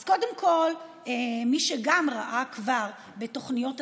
אז קודם כול מי שגם כבר ראה בתוכניות התקציב,